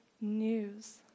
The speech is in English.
news